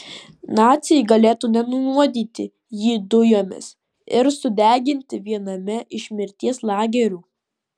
naciai galėtų nunuodyti jį dujomis ir sudeginti viename iš mirties lagerių